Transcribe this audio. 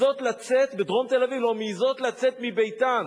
בדרום תל-אביב, לא מעזות לצאת מביתן